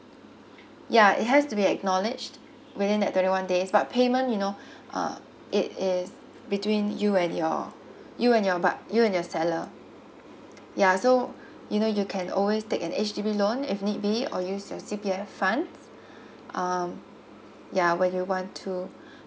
ya it has to be acknowledged within that twenty one days but payment you know uh it is between you and your you and your but you and your seller ya so you know you can always take an H_D_B loan if need be or use your C_P_F fund um ya when you want to